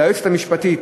ליועצת המשפטית,